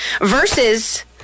Versus